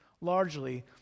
largely